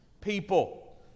people